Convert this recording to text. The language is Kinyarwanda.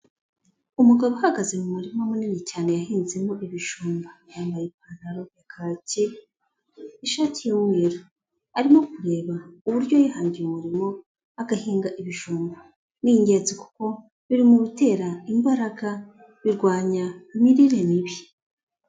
Umugabo uhagaze mu murima munini cyane yahinzemo ibijumba. Yambaye ipantaro ya kaki, ishati y'umweru. Arimo kureba uburyo yihangiye umurimo agahinga ibijumba. Ni ingenzi kuko biri mu bitera imbaraga, birwanya imirire mibi.